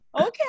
okay